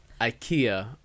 IKEA